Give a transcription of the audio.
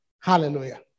Hallelujah